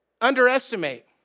underestimate